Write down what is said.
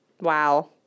wow